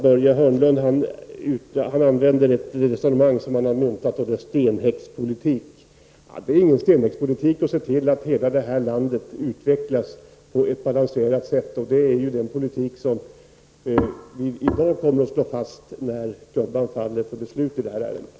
Börje Hörnlund har myntat uttrycket stenhäckspolitik och använder det i sitt resonemang. Det är inte stenhäckspolitik att se till att hela landet utvecklas på ett balanserat sätt. Det är den politiken som i dag kommer att slås fast när klubban faller för beslut i detta ärende.